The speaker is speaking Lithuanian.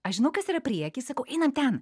aš žinau kas yra prieky sakau einam ten